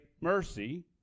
mercy